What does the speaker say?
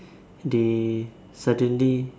they suddenly